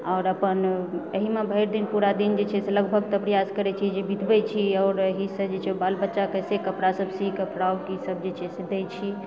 आओर अपन एहिमे अपन भरि दिन पुरा दिन जे छै से लगभग रियाज करै छी जे बितबै छी आओर रहिकऽ जॆ छै से बाल बलच्चाके कपड़ा सी कऽ फ्राक ई सब जे छै से दै छी